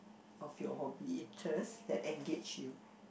of your hobby interest that engage you